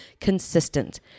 consistent